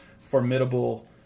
formidable